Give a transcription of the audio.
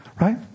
Right